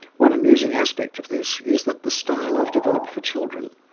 one amusing aspect of this is that the style i've developed for children,